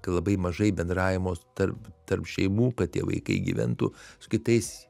labai mažai bendravimo tarp tarp šeimų kad tie vaikai gyventų su kitais